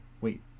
wait